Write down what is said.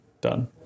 done